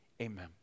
Amen